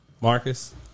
Marcus